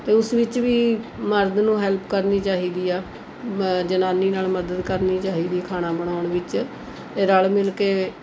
ਅਤੇ ਉਸ ਵਿੱਚ ਵੀ ਮਰਦ ਨੂੰ ਹੈਲਪ ਕਰਨੀ ਚਾਹੀਦੀ ਆ ਜਨਾਨੀ ਨਾਲ ਮਦਦ ਕਰਨੀ ਚਾਹੀਦੀ ਖਾਣਾ ਬਣਾਉਣ ਵਿੱਚ ਰਲ਼ ਮਿਲ ਕੇ